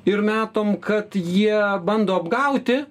ir matom kad jie bando apgauti